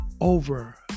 over